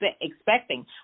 expecting